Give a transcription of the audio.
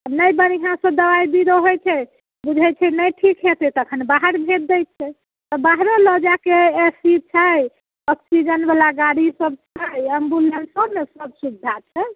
नहि बढ़िआँसँ दवाइ बीरो होइत छै बुझैत छै नहि ठीक हेतै तखन बाहर भेज दय छै तऽ बाहरो लऽ जाके की अथी छै ऑक्सिजन बला गाड़ी सब छै एम्बुलेंसोमे सब सुविधा छै